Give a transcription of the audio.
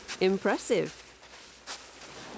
Impressive